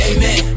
Amen